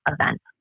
event